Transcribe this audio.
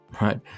right